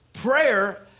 Prayer